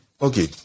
okay